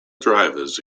drivers